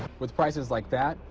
with prices like that,